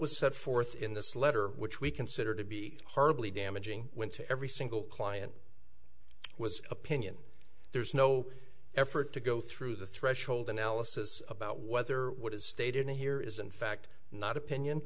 was set forth in this letter which we consider to be horribly damaging went to every single client was opinion there's no effort to go through the threshold analysis about whether what is stated here is in fact not opinion